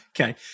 Okay